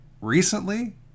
recently